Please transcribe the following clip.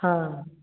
हाँ